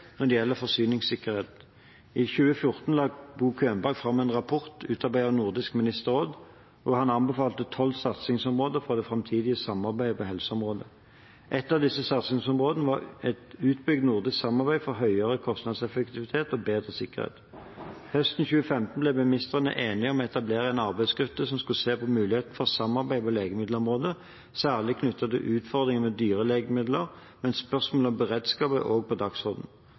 når det gjelder forsyningssikkerhet. I 2014 la Bo Könberg fram en rapport utarbeidet for Nordisk ministerråd, hvor han anbefalte tolv satsingsområder for det framtidige samarbeidet på helseområdet. Et av disse satsingsområdene var et utbygd nordisk samarbeid for høyere kostnadseffektivitet og bedre sikkerhet. Høsten 2015 ble ministrene enige om å etablere en arbeidsgruppe som skulle se på mulighetene for samarbeid på legemiddelområdet, særlig knyttet til utfordringer med nye dyre legemidler, men spørsmål om beredskap er også på